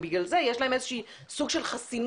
ובגלל זה יש להם איזשהו סוג של חסינות